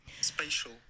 Spatial